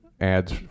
ads